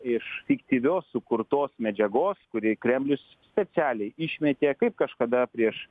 iš fiktyvios sukurtos medžiagos kurį kremlius specialiai išmetė kaip kažkada prieš